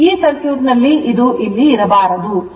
ಈ ಸರ್ಕ್ಯೂಟ್ ನಲ್ಲಿ ಇದು ಇರಬಾರದು